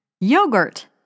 Yogurt